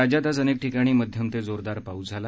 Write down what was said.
राज्यात आज अनेक ठिकाणी मध्यम ते जोरदार पाऊस झाला